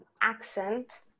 accent